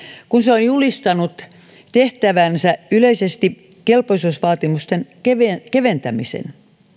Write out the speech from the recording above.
kun se on julistanut tehtäväkseen yleisesti kelpoisuusvaatimusten keventämisen keventämisen